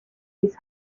his